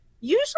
usually